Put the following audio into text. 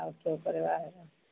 ଆଉ ଚଳି